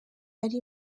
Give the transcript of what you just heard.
ari